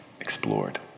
explored